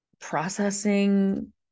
processing